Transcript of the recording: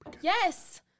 Yes